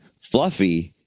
Fluffy